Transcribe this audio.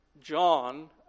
John